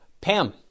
Pam